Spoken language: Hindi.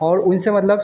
और उनसे मतलब